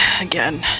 again